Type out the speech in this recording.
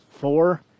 Four